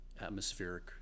atmospheric